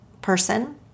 person